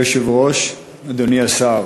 אדוני היושב-ראש, אדוני השר,